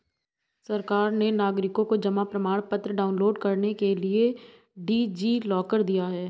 सरकार ने नागरिकों को जमा प्रमाण पत्र डाउनलोड करने के लिए डी.जी लॉकर दिया है